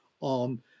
on